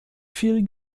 viel